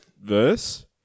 verse